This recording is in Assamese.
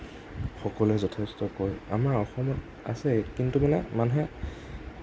সকলোৱে যথেষ্ট কয় আমাৰ অসমত আছে কিন্তু মানে মানুহে